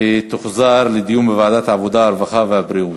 ותוחזר לדיון בוועדת העבודה, הרווחה והבריאות.